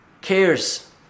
cares